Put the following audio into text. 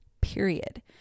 period